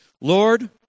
Lord